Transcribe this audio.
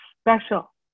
special